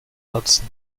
hudson